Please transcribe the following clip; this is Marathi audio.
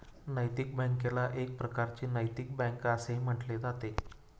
नैतिक बँकेला एक प्रकारची नैतिक बँक असेही म्हटले जाते